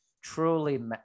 truly